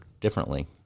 differently